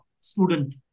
student